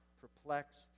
perplexed